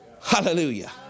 Hallelujah